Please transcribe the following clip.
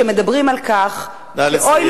שמדברים על כך, נא לסיים.